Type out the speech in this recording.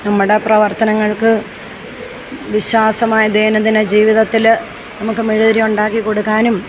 നമ്മുടെ പ്രവർത്തനങ്ങൾക്ക് വിശ്വാസമായ ദൈനംദിന ജീവിതത്തിൽ നമ്മൾക്ക് മെഴുകുതിരി ഉണ്ടാക്കി കൊടുക്കാനും